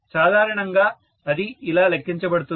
సాధారణంగా అది ఇలా లెక్కించబడుతుంది